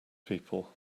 people